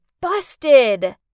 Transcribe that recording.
busted